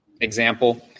example